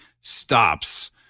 stops